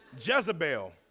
Jezebel